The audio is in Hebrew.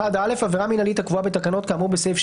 (2)בפסקה